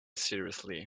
seriously